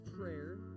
prayer